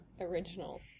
original